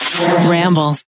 Ramble